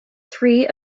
three